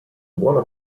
buona